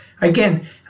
again